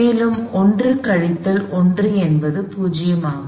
மேலும் 1 கழித்தல் 1 என்பது 0 ஆகும்